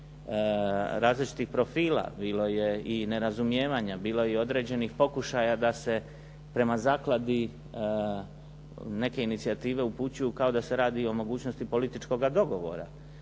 različitih profila, bilo je i nerazumijevanja, bilo je i određenih pokušaja da se prema zakladi neke inicijative upućuju kao da se radi o mogućnosti političkoga dogovora.